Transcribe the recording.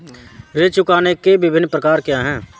ऋण चुकाने के विभिन्न प्रकार क्या हैं?